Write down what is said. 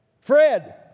Fred